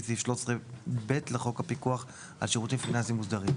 סעיף 13(ב) לחוק הפיקוח על שירותים פיננסיים מוסדרים.